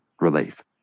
relief